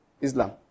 Islam